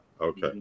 okay